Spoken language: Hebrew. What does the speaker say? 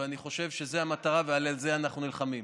ואני חושב שזו המטרה, ועל זה אנחנו נלחמים.